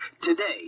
Today